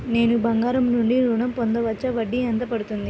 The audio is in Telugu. నేను బంగారం నుండి ఋణం పొందవచ్చా? వడ్డీ ఎంత పడుతుంది?